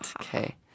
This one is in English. Okay